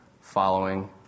following